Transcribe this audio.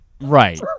Right